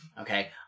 Okay